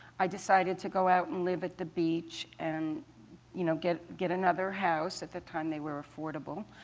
i decided to go out and live at the beach and you know get get another house at the time they were affordable.